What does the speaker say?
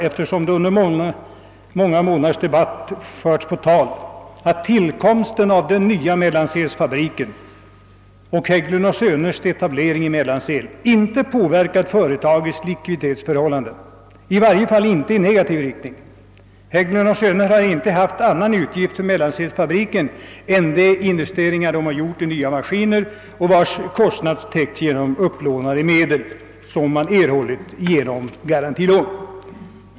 Eftersom det under många månaders debatt har förts på tal vill jag även framhålla, att tillkomsten av den nya fabriken i Mellansel och Hägglund & Söners etablering där inte har påverkat företagets likviditetsförhållanden, i varje fall inte i negativ riktning. Hägglund & Söner har inte haft annan utgift för Mellansels-fabriken än de investeringar man gjort i nya maskiner, för vilka kostnaderna täckts genom upplånade medel som man erhållit genom statligt garantilån.